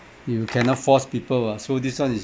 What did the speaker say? you cannot force people [what] so this one is